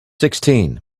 sixteen